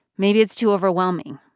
maybe it's too overwhelming.